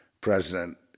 president